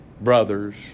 brothers